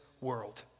world